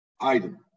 item